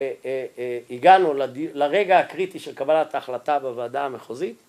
הגענו לרגע הקריטי של קבלת ההחלטה בוועדה המחוזית